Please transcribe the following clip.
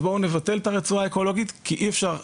אז בואו נבטל את הרצועה האקולוגית כי אי-אפשר,